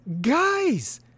Guys